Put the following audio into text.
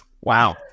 Wow